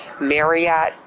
Marriott